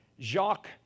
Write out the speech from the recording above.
jacques